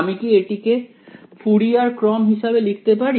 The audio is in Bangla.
আমি কি এটিকে ফুরিয়ার ক্রম হিসেবে লিখতে পারি